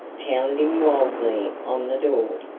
pounding wildly on the door.